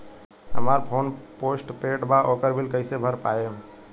हमार phone postpaid बा ओकर बिल कईसे भर पाएम?